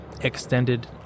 extended